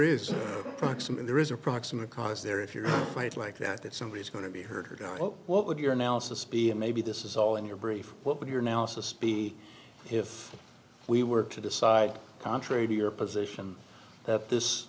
proximate there is a proximate cause there if you fight like that that somebody is going to be hurt or die what would your analysis be and maybe this is all in your brief what would your analysis be if we were to decide contrary to your position that this